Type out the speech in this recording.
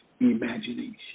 imagination